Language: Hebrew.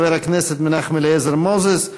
חבר הכנסת מנחם אליעזר מוזס,